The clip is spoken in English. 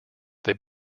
they